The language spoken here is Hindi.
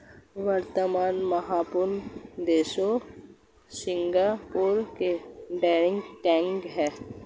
वर्तमान महानिदेशक सिंगापुर के डैरेन टैंग हैं